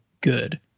good